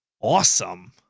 awesome